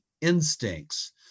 instincts